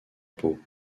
peau